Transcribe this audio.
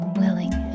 willing